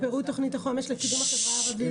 תוכנית החומש לקידום החברה הערבית,